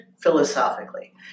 philosophically